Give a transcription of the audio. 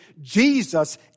Jesus